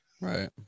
Right